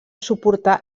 suportar